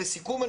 לסיכום,